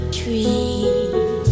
tree